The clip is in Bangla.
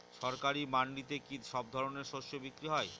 সরকারি মান্ডিতে কি সব ধরনের শস্য বিক্রি হয়?